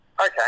Okay